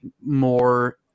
more